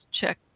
check